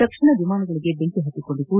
ತಕ್ಷಣ ವಿಮಾನಗಳಿಗೆ ಬೆಂಕಿ ಹತ್ತಿಕೊಂಡಿತು